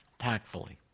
tactfully